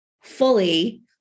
fully